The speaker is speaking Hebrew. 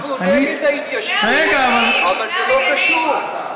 אנחנו נגד ההתיישבות, אבל זה לא קשור.